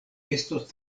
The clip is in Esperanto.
estos